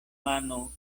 mano